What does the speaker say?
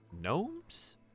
Gnomes